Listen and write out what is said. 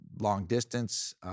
long-distance